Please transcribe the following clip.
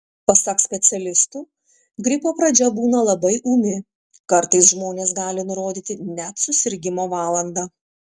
pasak specialistų gripo pradžia būna labai ūmi kartais žmonės gali nurodyti net susirgimo valandą